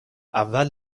اول